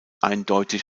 eindeutig